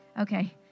Okay